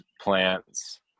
plants